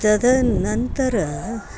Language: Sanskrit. तदनन्तरं